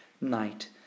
night